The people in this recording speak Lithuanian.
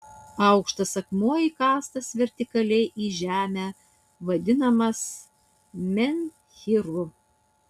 aukštas akmuo įkastas vertikaliai į žemę vadinamas menhyru